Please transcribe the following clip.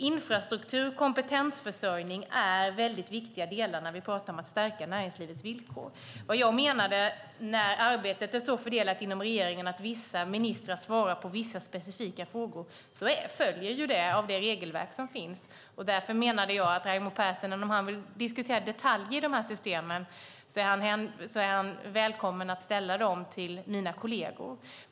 Infrastruktur och kompetensförsörjning är nämligen väldigt viktiga delar när vi pratar om att stärka näringslivets villkor. Vad jag menade när jag sade att arbetet är så fördelat inom regeringen att vissa ministrar svarar på vissa specifika frågor är att detta följer av det regelverk som finns. Därför menade jag att Raimo Pärssinen, om han vill diskutera detaljer i dessa system, är välkommen att ställa frågor om dem till mina kolleger.